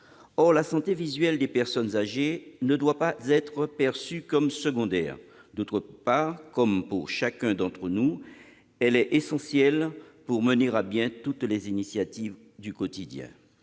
Or la santé visuelle des personnes âgées ne doit pas être perçue comme secondaire. D'une part, comme pour chacun d'entre nous, elle est essentielle pour mener à bien toutes les activités du quotidien